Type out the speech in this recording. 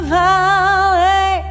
valley